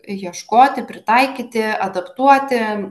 ieškoti pritaikyti adaptuoti